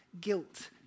guilt